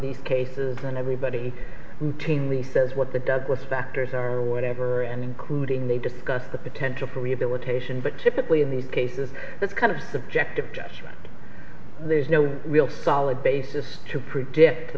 these cases and everybody routinely says what the douglass factors are whatever and including they discuss the potential for rehabilitation but typically in these cases that's kind of subjective judgment there's no real solid basis to predict the